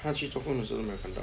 他去做的时候都没有看到